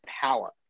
power